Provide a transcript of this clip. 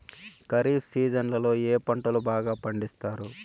ఖరీఫ్ సీజన్లలో ఏ పంటలు బాగా పండిస్తారు